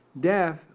death